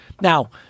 Now